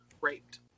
raped